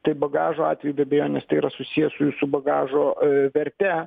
tai bagažo atveju be abejonės tai yra susiję su jūsų bagažo verte